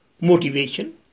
motivation